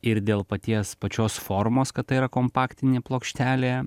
ir dėl paties pačios formos kad tai yra kompaktinė plokštelė